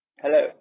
Hello